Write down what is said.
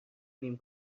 نیم